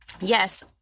Yes